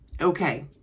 Okay